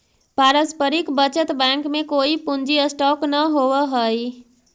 पारस्परिक बचत बैंक में कोई पूंजी स्टॉक न होवऽ हई